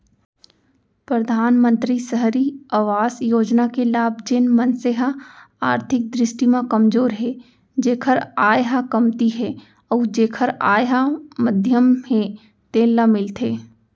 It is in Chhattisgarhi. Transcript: परधानमंतरी सहरी अवास योजना के लाभ जेन मनसे ह आरथिक दृस्टि म कमजोर हे जेखर आय ह कमती हे अउ जेखर आय ह मध्यम हे तेन ल मिलथे